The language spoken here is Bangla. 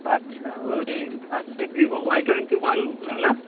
আচ্ছা ওই আচ্ছা ভিভো ওয়াই টোয়েন্টি ওয়ান না